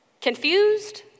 Confused